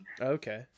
Okay